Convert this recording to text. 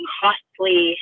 costly